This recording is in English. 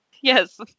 yes